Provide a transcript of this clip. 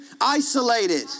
isolated